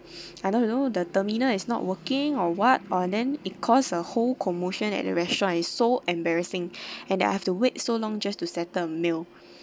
I don't you know the terminal is not working or what or then it caused a whole commotion at the restaurant it's so embarrassing and I have to wait so long just to settle a meal